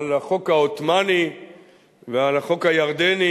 על החוק העות'מאני ועל החוק הירדני,